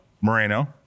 Moreno